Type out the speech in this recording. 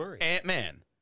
Ant-Man